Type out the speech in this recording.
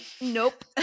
nope